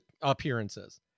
appearances